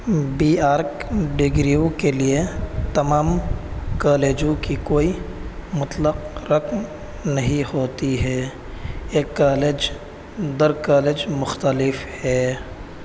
be arch ڈگریوں کے لیے تمام کالجوں کی کوئی مطلق رقم نہیں ہوتی ہے یہ کالج در کالج مختلف ہے